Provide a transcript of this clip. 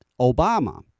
Obama